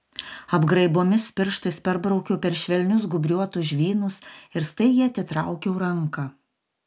apgraibomis pirštais perbraukiau per švelnius gūbriuotus žvynus ir staigiai atitraukiau ranką